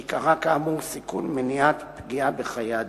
שעיקרה, כאמור, סיכול ומניעה של פגיעה בחיי אדם.